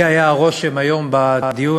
לי היה הרושם היום בדיון,